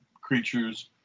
creatures